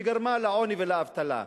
שגרמה לעוני ולאבטלה.